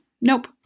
Nope